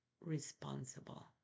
responsible